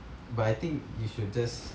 but I think you should just